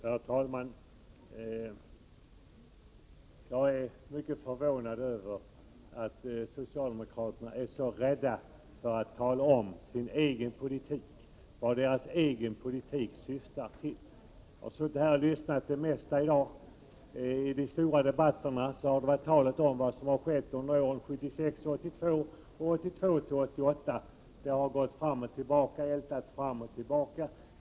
Herr talman! Jag är mycket förvånad över att socialdemokraterna är så rädda för att tala om sin egen politik, vad deras egen politik syftar till. Jag har suttit här och lyssnat på det mesta som har sagts i kammaren i dag. I de stora debatterna har det talats om vad som skedde under åren 1976-1982 och 1982-1988. Det som hände då har ältats fram och tillbaka.